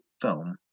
film